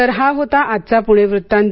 तर हा होता आजचा पुणे वृत्तांत